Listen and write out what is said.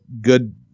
good